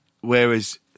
whereas